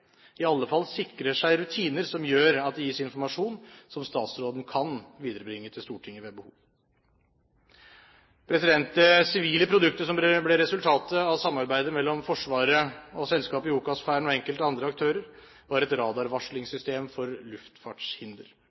i alle fall sikrer seg rutiner som gjør at det gis informasjon som statsråden kan viderebringe til Stortinget ved behov. Det sivile produktet som ble resultatet av samarbeidet mellom Forsvaret og selskapet i OCAS-sfæren og enkelte andre aktører, var et radarvarslingssystem for luftfartshinder.